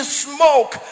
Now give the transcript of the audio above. smoke